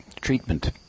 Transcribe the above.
treatment